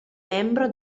membro